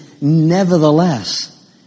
Nevertheless